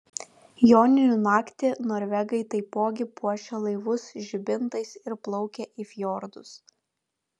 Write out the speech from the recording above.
joninių naktį norvegai taipogi puošia laivus žibintais ir plaukia į fjordus